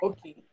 Okay